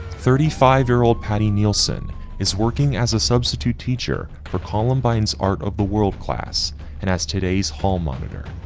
thirty-five-year-old, patti nielsen is working as a substitute teacher for columbines art of the world class and as today's hall monitor,